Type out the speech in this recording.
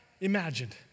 imagined